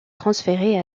transférées